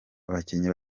abakinnyi